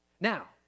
Now